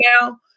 now